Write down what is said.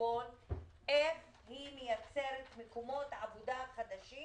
בחשבון איך היא מייצרת מקומות עבודה חדשים